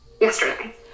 Yesterday